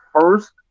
first